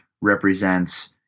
represents